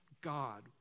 God